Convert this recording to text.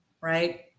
Right